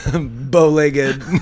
bow-legged